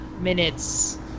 minutes